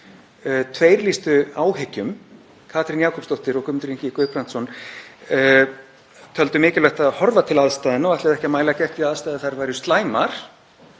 Tveir lýstu áhyggjum, Katrín Jakobsdóttir og Guðmundur Ingi Guðbrandsson, og töldu mikilvægt að horfa til aðstæðna og ætluðu ekki að mæla gegn því að aðstæður þar væru slæmar.